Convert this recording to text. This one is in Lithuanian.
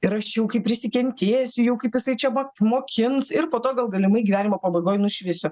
ir aš jau kaip prisikentėsiu jau kaip jisai čia vat mokins ir po to gal galimai gyvenimo pabaigoj nušvisiu